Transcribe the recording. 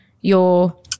your-